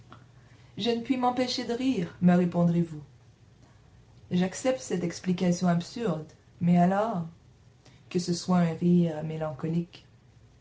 je ne puis m'empêcher de rire me répondrez-vous j'accepte cette explication absurde mais alors que ce soit un rire mélancolique